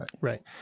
Right